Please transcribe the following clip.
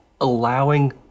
allowing